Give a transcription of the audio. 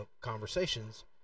conversations